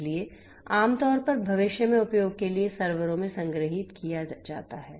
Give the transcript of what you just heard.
इसलिए आमतौर पर भविष्य में उपयोग के लिए सर्वरों में संग्रहीत किया जाता है